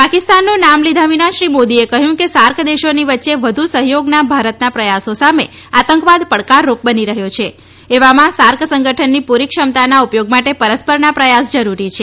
પાકિસ્તાનનું નામ લીધા વિના શ્રી મોદીએ કહ્યું કે સાર્ક દેશોની વચ્ચે વધુ સફયોગના ભારતના પ્રથાસો સામે આતંકવાદ પડકારરૂપ બની રહ્યો છે એવામાં સાર્ક સંગઠનની પૂરી ક્ષમતાના ઉપયોગ માટે પરસ્પરના પ્રયાસ જરૂરી છે